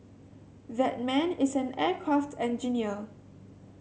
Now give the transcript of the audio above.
that man is an aircraft engineer